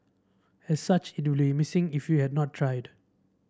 as such it missing if you have not tried